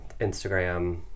Instagram